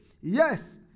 Yes